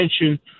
attention